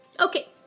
Okay